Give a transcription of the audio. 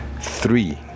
three